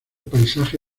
paisaje